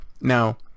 Now